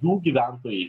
jų gyventojai